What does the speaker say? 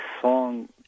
song